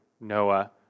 Noah